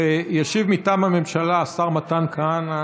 ישיב, מטעם הממשלה, השר מתן כהנא,